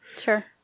Sure